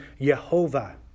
Yehovah